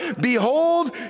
behold